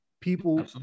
People